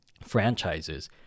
franchises